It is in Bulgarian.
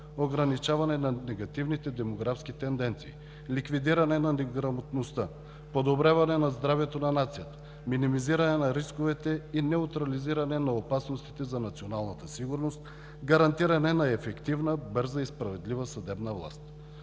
ограничаване на негативните демографски тенденции, ликвидиране на неграмотността, подобряване здравето на нацията, минимизиране на рисковете и неутрализиране на опасностите за националната сигурност, гарантиране на ефективна, бърза и справедлива съдебна власт.